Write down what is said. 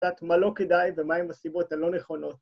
קצת מה לא כדאי ומהם הסיבות הלא נכונות.